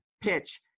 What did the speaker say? PITCH